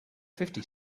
fifty